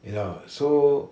you know so